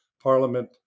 parliament